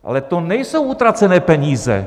Ale to nejsou utracené peníze.